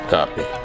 Copy